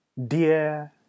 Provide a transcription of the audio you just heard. Dear